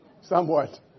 Somewhat